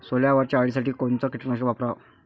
सोल्यावरच्या अळीसाठी कोनतं कीटकनाशक वापराव?